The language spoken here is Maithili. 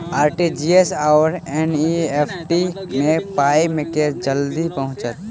आर.टी.जी.एस आओर एन.ई.एफ.टी मे पाई केँ मे जल्दी पहुँचत?